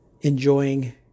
enjoying